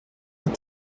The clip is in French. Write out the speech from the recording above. est